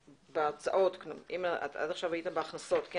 בהוצאות, עד עכשיו היית בהכנסות.